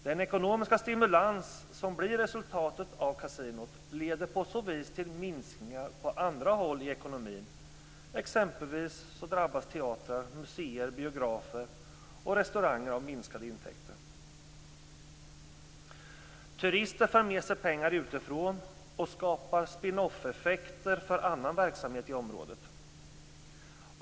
Den ekonomiska stimulans som blir resultatet av kasinot leder på så vis till minskningar på andra håll i ekonomin; exempelvis drabbas teatrar, museer, biografer och restauranger av minskade intäkter. Turister för med pengar utifrån och skapar spinoff-effekter för annan verksamhet i området.